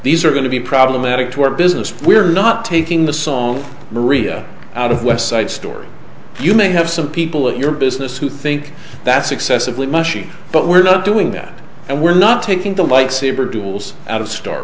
these are going to be problematic to our business we're not taking the song maria out of west side story you may have some people in your business who think that's excessively mushy but we're not doing that and we're not taking the light saber duals out of star